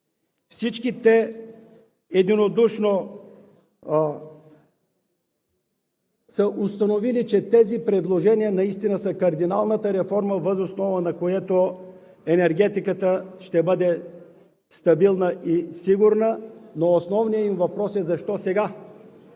всички те единодушно са установили, че тези предложения наистина са кардиналната реформа, въз основа на която енергетиката ще бъде стабилна и сигурна, но основният им въпрос е: защо сега?